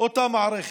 אותה מערכת.